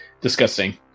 Disgusting